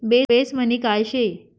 Base money काय शे?